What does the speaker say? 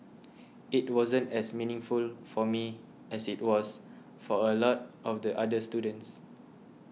it wasn't as meaningful for me as it was for a lot of the other students